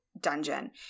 dungeon